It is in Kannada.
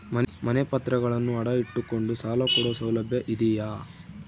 ಮನೆ ಪತ್ರಗಳನ್ನು ಅಡ ಇಟ್ಟು ಕೊಂಡು ಸಾಲ ಕೊಡೋ ಸೌಲಭ್ಯ ಇದಿಯಾ?